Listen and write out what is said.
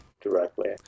directly